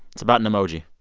it's about an emoji.